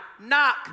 knock